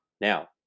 Now